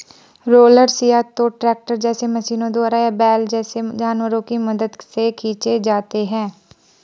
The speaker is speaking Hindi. रोलर्स या तो ट्रैक्टर जैसे मशीनों द्वारा या बैल जैसे जानवरों की मदद से खींचे जाते हैं